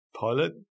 pilot